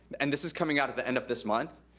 and this is coming out at the end of this month,